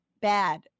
bad